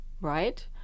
right